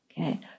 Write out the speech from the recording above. okay